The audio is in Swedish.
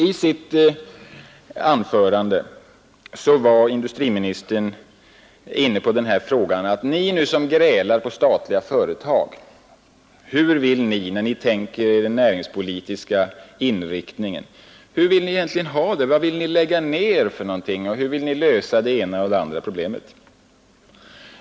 I sitt anförande var industriministern inne på frågan: Hur vill ni som grälar på statliga företag egentligen ha det i fråga om den näringspolitiska inriktningen? Vilken verksamhet vill ni lägga ner och hur vill ni lösa det ena och det andra problemet?